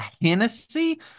Hennessy